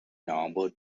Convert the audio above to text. november